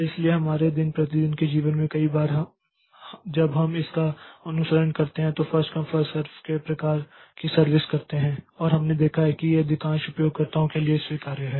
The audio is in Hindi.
इसलिए हमारे दिन प्रतिदिन के जीवन में भी कई बार जब हम इसका अनुसरण करते हैं तो फर्स्ट कम फर्स्ट सर्व के प्रकार की सर्विस करते हैं और हमने देखा है कि अधिकांश उपयोगकर्ताओं के लिए स्वीकार्य है